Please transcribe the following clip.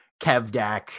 Kevdak